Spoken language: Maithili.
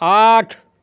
आठ